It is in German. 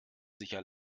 sicher